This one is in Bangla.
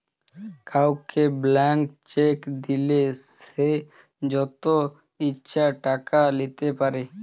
কাউকে ব্ল্যান্ক চেক দিলে সে যত ইচ্ছা টাকা লিতে পারে